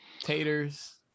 Taters